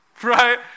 Right